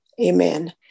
Amen